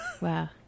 Wow